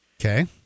Okay